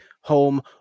Home